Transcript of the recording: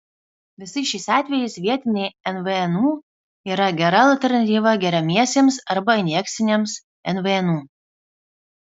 visais šiais atvejais vietiniai nvnu yra gera alternatyva geriamiesiems arba injekciniams nvnu